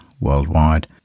worldwide